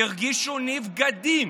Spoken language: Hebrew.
הרגישו נבגדים.